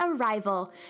arrival